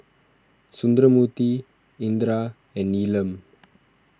Sundramoorthy Indira and Neelam